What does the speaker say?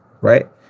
right